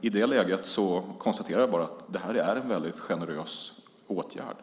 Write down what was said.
I det läget konstaterar jag bara att det är en väldigt generös åtgärd.